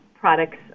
Products